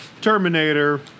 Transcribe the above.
Terminator